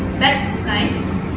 that's nice